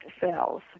cells